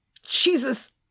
Jesus